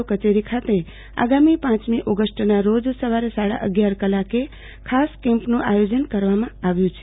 ઓ કચેરી ખાતે આગામી પાંચમી ઓગષ્ટના રોજ સવારે સાડા અગિયાર કલાકે ખાસ કેમ્પનું આયોજન કરવામાં આવ્યુ છે